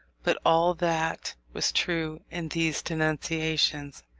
but all that was true in these denunciations,